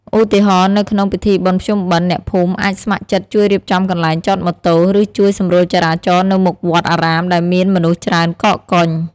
ឧទាហរណ៍ នៅក្នុងពិធីបុណ្យភ្ជុំបិណ្ឌ អ្នកភូមិអាចស្ម័គ្រចិត្តជួយរៀបចំកន្លែងចតម៉ូតូ ឬជួយសម្រួលចរាចរណ៍នៅមុខវត្តអារាមដែលមានមនុស្សច្រើនកកកុញ។